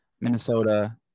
Minnesota